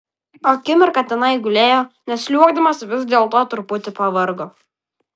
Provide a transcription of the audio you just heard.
akimirką tenai gulėjo nes sliuogdamas vis dėlto truputį pavargo